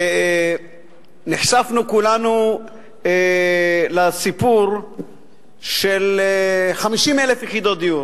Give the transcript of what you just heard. ונחשפנו כולנו לסיפור של 50,000 יחידות דיור.